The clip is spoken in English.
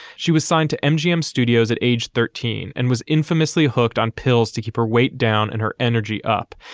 she was signed to mgm studios at age thirteen and was infamously hooked on pills to keep her weight down and her energy up.